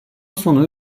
sonu